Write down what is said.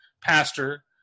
pastor